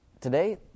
Today